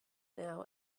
now